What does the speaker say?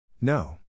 No